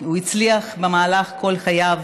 הוא הצליח במהלך כל חייו